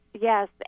Yes